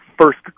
first